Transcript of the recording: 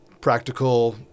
practical